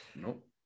Nope